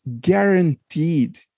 guaranteed